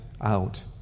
out